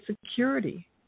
security